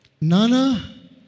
Nana